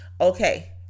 Okay